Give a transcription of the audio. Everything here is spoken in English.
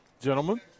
gentlemen